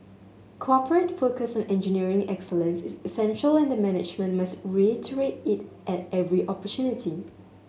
corporate focus on engineering excellence is essential and the management must reiterate it at every opportunity